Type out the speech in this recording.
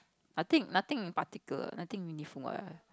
nothing nothing in particular nothing meaningful